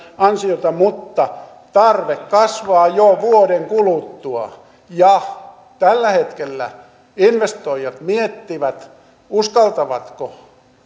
ansiota mutta tarve kasvaa jo vuoden kuluttua tällä hetkellä investoijat miettivät uskaltavatko